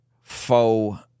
faux